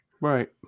Right